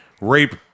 rape